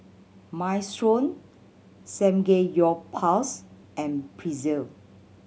Minestrone Samgeyopsal and Pretzel